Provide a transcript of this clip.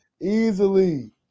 Easily